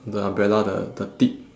the umbrella the the tip